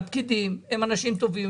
לפקידים - הם אנשים טובים,